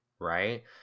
right